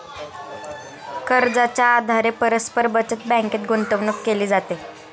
कर्जाच्या आधारे परस्पर बचत बँकेत गुंतवणूक केली जाते